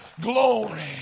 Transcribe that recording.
glory